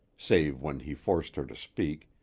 save when he forced her to speak,